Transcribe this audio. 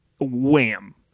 wham